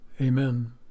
amen